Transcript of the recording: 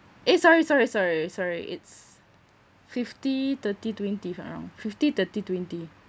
eh sorry sorry sorry sorry it's fifty thirty twenty around fifty thirty twenty